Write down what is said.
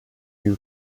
you